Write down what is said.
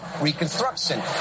Reconstruction